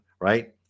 right